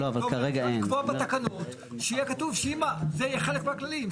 אפשר לקבוע בתקנות שיהיה כתוב שזה יהיה חלק מהכללים,